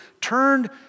turned